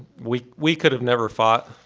we we could have never fought.